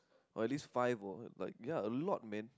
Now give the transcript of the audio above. but at least five or like ya a lot man